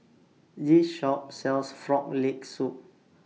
This Shop sells Frog Leg Soup